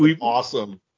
awesome